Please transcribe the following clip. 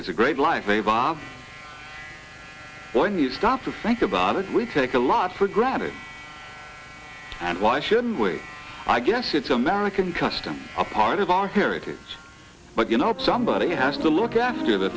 it's a great life a vase when you stop to think about it we take a lot for granted and why shouldn't we i guess it's american custom a part of our heritage but you know somebody has to look after the